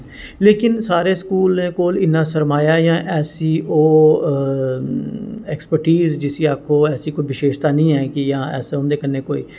लेकिन सारें स्कूलें कोल इन्ना सरमाया अजें ऐसी ओह् ऐक्सपटीस जिसी आक्खो ऐसी कोई बिशेशता निं ऐ कि हां ऐसा कोई उं'दे कन्नै कोई